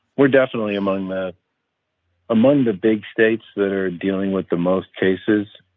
we're definitely among the among the big states that are dealing with the most cases.